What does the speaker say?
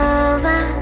over